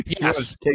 Yes